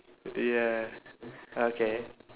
ya okay